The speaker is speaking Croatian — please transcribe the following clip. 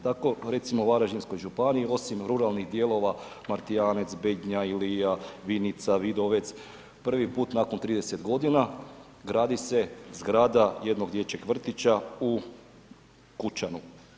Tako recimo u Varaždinskoj županiji, osim ruralnih dijelova, Martijanec, Bednja, Ilija, Vinica, Vidovec, prvi put nakon 30 g. gradi se zgrada jednog dječjeg vrtića u Kučanu.